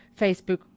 Facebook